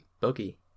buggy